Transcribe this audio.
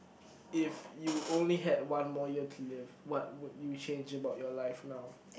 if you only had one more year to live what would you change about your life now